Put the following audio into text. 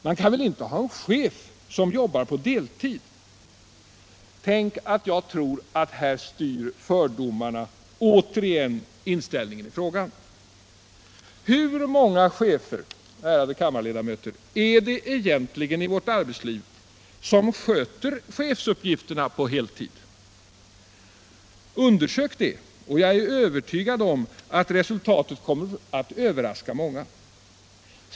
Man kan väl inte ha en chef som jobbar på deltid. Jag tror att här styr fördomarna återigen inställningen i frågan! Hur många chefer i vårt arbetsliv, ärade kammarledamöter, sköter egentligen chefsuppgifterna på heltid? Undersök det, och jag är övertygad om att resultatet kommer att överraska många.